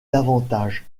davantage